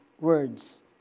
words